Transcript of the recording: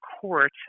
court